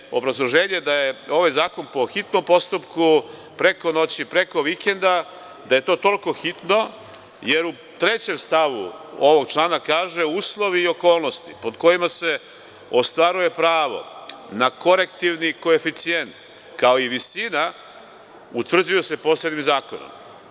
Niti je obrazloženje da je ovaj zakon po hitnom postupku, preko noći, preko vikenda, da je to toliko hitno, jer u trećem stavu ovog člana kaže se – uslovi i okolnosti pod kojima se ostvaruje pravo na korektivni koeficijent, kao i visina, utvrđuju se posebnim zakonom.